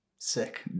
Sick